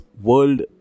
World